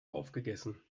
aufgegessen